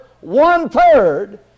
one-third